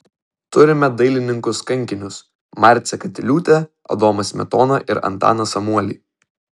turime dailininkus kankinius marcę katiliūtę adomą smetoną ir antaną samuolį